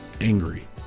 Angry